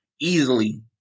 easily